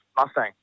Mustang